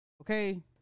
Okay